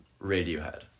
Radiohead